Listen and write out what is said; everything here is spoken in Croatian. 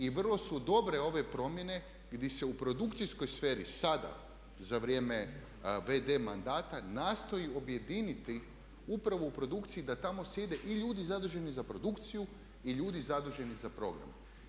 I vrlo su dobre ove promjene gdje se u produkcijskoj sferi sada za vrijeme v.d. mandata nastoji objediniti upravo u produkciji da tamo sjede i ljudi zaduženi za produkciju i ljudi zaduženi za program.